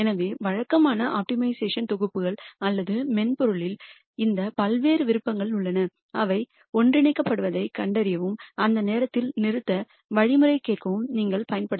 எனவே வழக்கமான ஆப்டிமைசேஷன் தொகுப்புகள் அல்லது மென்பொருளில் இந்த பல்வேறு விருப்பங்கள் உள்ளன அவை ஒன்றிணைக்கப்படுவதைக் கண்டறியவும் அந்த நேரத்தில் நிறுத்த வழிமுறை கேட்கவும் நீங்கள் பயன்படுத்தலாம்